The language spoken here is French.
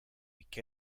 week